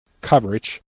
coverage